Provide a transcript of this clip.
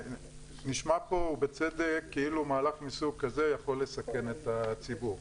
נשמע פה בצדק כאילו מהלך מסוג כזה יכול לסכן את הציבור.